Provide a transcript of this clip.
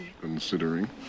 Considering